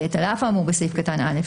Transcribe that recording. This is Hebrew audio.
(ב) על אף האמור בסעיף קטן (א),